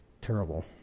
terrible